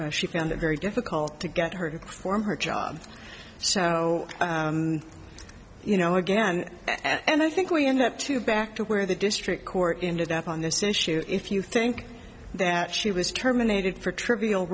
which she found it very difficult to get her for her job so you know again and i think we end up to back to where the district court ended up on this issue if you think that she was terminated for trivial